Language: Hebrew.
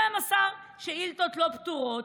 12 שאילתות לא פתורות.